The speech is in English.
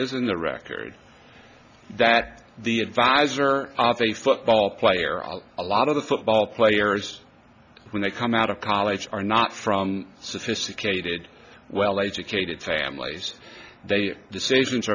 isn't the record that the advisor of a football player or a lot of the football players when they come out of college are not from sophisticated well later jaded families they decisions